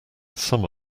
some